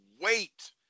wait